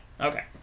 Okay